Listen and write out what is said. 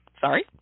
Sorry